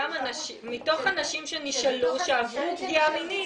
מתוך הנשים שנשאלו שעברו פגיעה מינית,